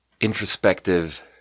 introspective